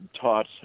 taught